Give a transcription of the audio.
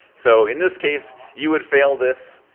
so in this case, you would fail this